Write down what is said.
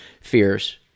fears